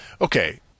okay